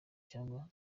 cyangwa